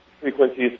frequencies